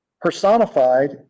personified